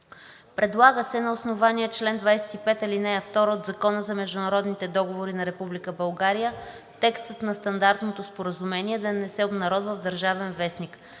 Предлага се на основание чл. 25, ал. 2 от Закона за международните договори на Република България текстът на Стандартното споразумение да не се обнародва в „Държавен вестник“.